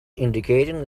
indicating